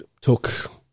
took